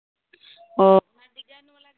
ᱚ ᱟᱹᱰᱤᱜᱟᱱ